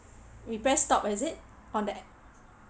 you press stop is it on the a~